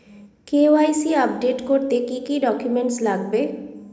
KYC update করতে কি কি ডকুমেন্টস লাগবে?